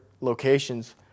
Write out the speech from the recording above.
locations